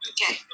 Okay